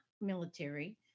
military